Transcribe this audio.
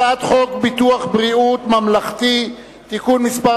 הצעת חוק ביטוח בריאות ממלכתי (תיקון מס'